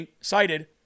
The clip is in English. cited